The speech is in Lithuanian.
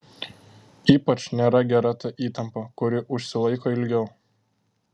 ypač nėra gera ta įtampa kuri užsilaiko ilgiau